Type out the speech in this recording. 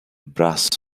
brass